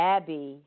Abby